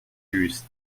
just